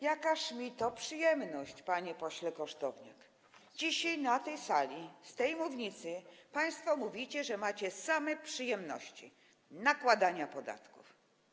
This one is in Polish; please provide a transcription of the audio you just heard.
Jakaż to przyjemność, panie pośle Kosztowniak, dzisiaj na tej sali, z tej mównicy państwo mówicie, że macie same przyjemności z nakładania podatków.